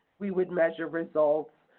we would measure results.